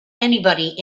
anybody